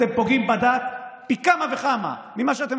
אתם פוגעים בדת פי כמה וכמה ממה שאתם